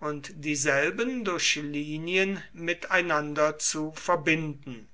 und dieselben durch linien miteinander zu verbinden